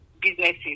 businesses